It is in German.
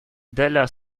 della